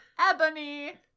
ebony